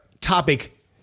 topic